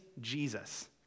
Jesus